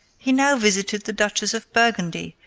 he now visited the duchess of burgundy,